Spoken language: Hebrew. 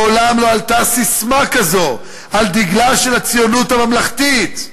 "מעולם לא עלתה ססמה כזאת על דגלה של הציונות הממלכתית."